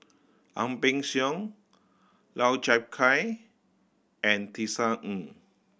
Ang Peng Siong Lau Chiap Khai and Tisa Ng